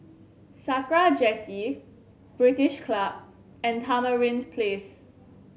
Sakra Jetty British Club and Tamarind Place